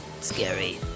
scary